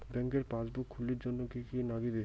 ব্যাঙ্কের পাসবই খুলির জন্যে কি কি নাগিবে?